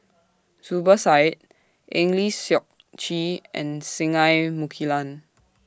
Zubir Said Eng Lee Seok Chee and Singai Mukilan